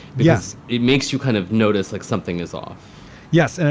but yes, it makes you kind of notice like something is off yes, and